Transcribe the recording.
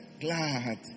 glad